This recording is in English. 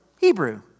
Hebrew